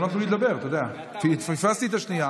לא נתנו לי לדבר כי פספסתי בשנייה.